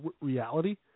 reality